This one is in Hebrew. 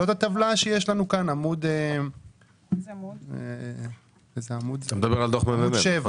זאת הטבלה שיש לנו כאן בדוח המ.מ.מ.